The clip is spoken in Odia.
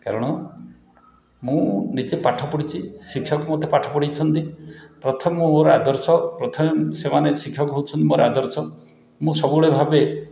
କାରଣ ମୁଁ ନିଜେ ପାଠ ପଢ଼ିଛି ଶିକ୍ଷକ ମୋତେ ପାଠ ପଢ଼େଇଛନ୍ତି ପ୍ରଥମେ ମୁଁ ମୋର ଆଦର୍ଶ ପ୍ରଥମେ ସେମାନେ ଶିକ୍ଷକ ହେଉଛନ୍ତି ମୋର ଆଦର୍ଶ ମୁଁ ସବୁବେଳେ ଭାବେ